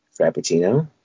Frappuccino